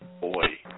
boy